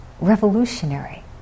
revolutionary